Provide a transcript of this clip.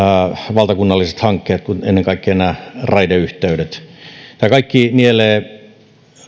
valtakunnalliset hankkeet ennen kaikkea nämä raideyhteydet nämä kaikki nielevät